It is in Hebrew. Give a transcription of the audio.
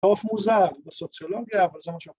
‫עוף מוזר בסוציולוגיה, ‫אבל זה מה...